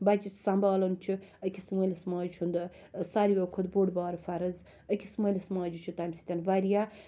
بَچہِ سَمبالُن چھُ أکِس مٲلِس ماجہِ ہُنٛد ساروِیو کھۄتہٕ بوٚڑ بار فرض أکِس مٲلِس ماجہِ چھ تمہِ سۭتۍ واریاہ